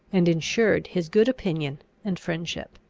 and insured his good opinion and friendship.